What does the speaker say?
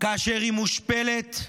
כאשר היא מושפלת,